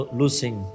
losing